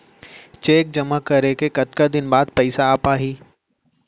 Cheque जेमा करें के कतका दिन बाद पइसा आप ही?